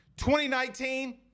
2019